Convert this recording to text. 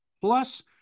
plus